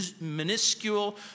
minuscule